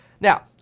Now